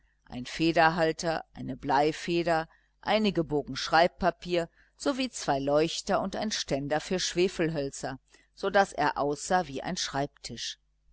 ein federhalter eine bleifeder einige bogen schreibpapier sowie zwei leuchter und ein ständer für schwefelhölzer so daß er aussah wie ein schreibtisch